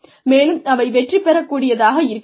மேலும் அவை வெற்றி பெறக்கூடியதாக இருக்க வேண்டும்